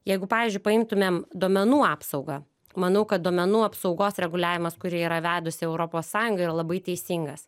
jeigu pavyzdžiui paimtumėm duomenų apsaugą manau kad duomenų apsaugos reguliavimas kurį yra vedusi europos sąjunga yra labai teisingas